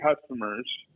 customers